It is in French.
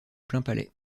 plainpalais